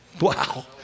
Wow